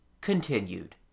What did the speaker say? Continued